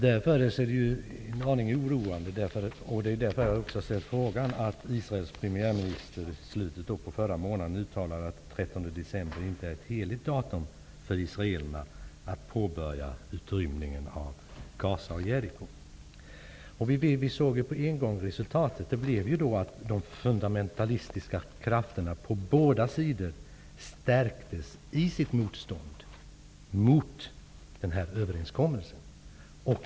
Det är därför oroande, och det är därför som jag också har ställt frågan, att Israels premiärminister i slutet av förra månaden uttalade att den 13 december inte är ett heligt datum för israelerna att påbörja utrymningen av Gaza och Jeriko. Vi kunde genast se resultatet, att de fundamentalistiska krafterna på båda sidor stärktes i sitt motstånd mot den här överenskommelsen.